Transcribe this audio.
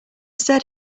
said